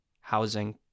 housing